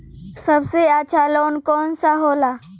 सबसे अच्छा लोन कौन सा होला?